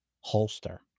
holster